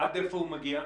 עד איפה הוא מגיע?